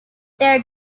their